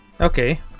Okay